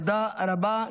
תודה רבה.